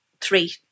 three